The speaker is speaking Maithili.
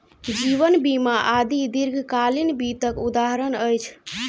जीवन बीमा आदि दीर्घकालीन वित्तक उदहारण अछि